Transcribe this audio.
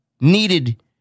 needed